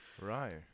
Right